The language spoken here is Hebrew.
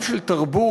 עם של תרבות,